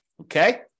Okay